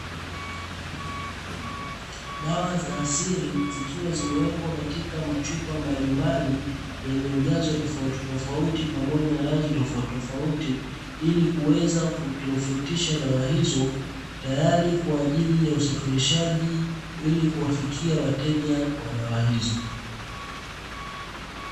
Dawa za asili zikiwa zimewekwa katika machupa mbalimbali yenye ujazo tofauti tofauti pamoja na rangi tofauti tofauti, ili kuweza kutofautisha dawa hizo tayari kwaajili ya usafirishaji ili kuwafikia wateja wa dawa hizo.